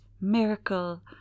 miracle